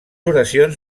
oracions